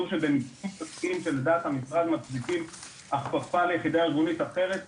דעת המשרד מצדיקים הכפפה ליחידה ארגונית אחרת,